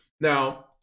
Now